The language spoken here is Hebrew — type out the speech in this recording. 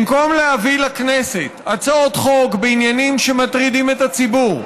במקום להביא לכנסת הצעות חוק בעניינים שמטרידים את הציבור,